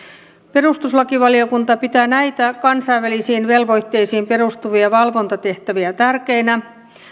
perustuslakivaliokunta pitää näitä kansainvälisiin velvoitteisiin perustuvia valvontatehtäviä tärkeinä